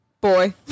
boy